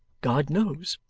god knows